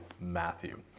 Matthew